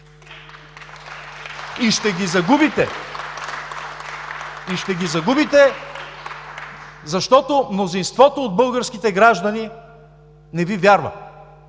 от ГЕРБ.) И ще ги загубите, защото мнозинството от българските граждани не Ви вярват.